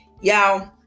Y'all